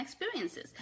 experiences